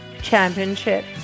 championship